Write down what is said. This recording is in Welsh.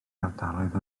ardaloedd